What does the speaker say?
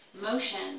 motion